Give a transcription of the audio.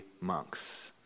monks